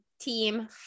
team